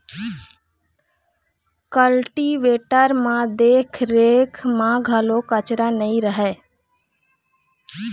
cultivator म देख रेख म घलोक खरचा नइ रहय